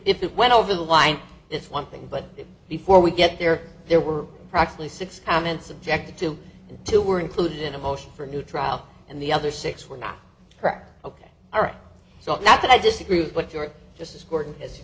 if it went over the line it's one thing but before we get there there were practically six comments objected to two were included in a motion for a new trial and the other six were not correct ok all right so not that i disagree with but you're just